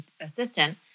assistant